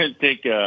take